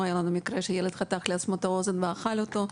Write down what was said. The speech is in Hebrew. היה לנו מקרה שילד חתך לעצמו את האוזן ואכל אותה.